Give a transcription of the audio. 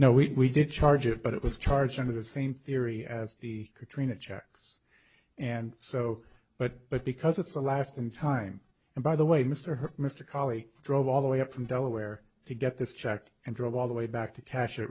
now we did charge it but it was charged under the same theory as the katrina checks and so but but because it's the last in time and by the way mr mr colleague drove all the way up from delaware to get this checked and drove all the way back to cash